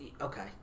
okay